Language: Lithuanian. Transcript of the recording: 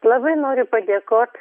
labai noriu padėkot